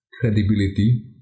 Credibility